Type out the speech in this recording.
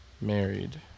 married